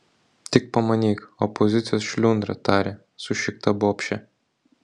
tik pamanyk opozicijos šliundra tarė sušikta bobšė